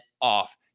off